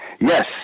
Yes